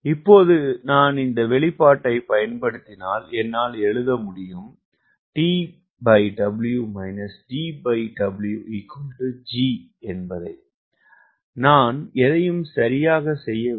இப்போது நான் இந்த வெளிப்பாட்டைப் பயன்படுத்தினால் என்னால் எழுத முடியும் நான் எதையும் சரியாக செய்யவில்லை